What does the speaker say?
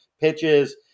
pitches